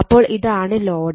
അപ്പോൾ ഇതാണ് ലോഡ്